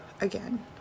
again